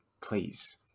please